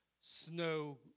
snow